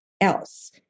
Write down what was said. else